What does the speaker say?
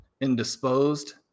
indisposed